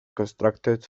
constructed